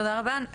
תודה רבה גילי.